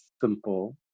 simple